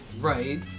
right